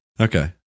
Okay